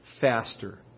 faster